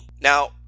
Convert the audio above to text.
Now